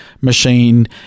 machine